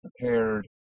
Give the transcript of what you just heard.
prepared